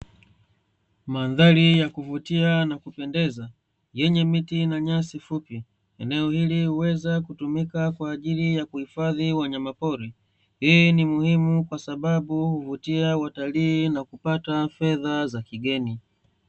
Mandhari ya kuvutia na kupendeza, yenye miti na nyasi fupi, eneo hili huweza kutumika kwaajili ya kuhifadhi wanyama pori. Hii ni muhimu kwasababu huvutia watalii na kupata fedha za kigeni.